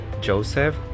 Joseph